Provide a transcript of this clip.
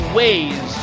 ways